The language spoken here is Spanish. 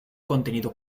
contenido